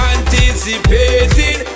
Anticipating